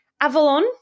Avalon